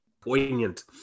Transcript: Poignant